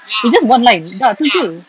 it's just one line dah tu jer